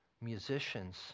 musicians